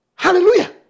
Hallelujah